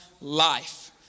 life